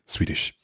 Swedish